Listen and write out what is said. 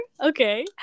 okay